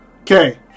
Okay